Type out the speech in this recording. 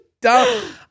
dumb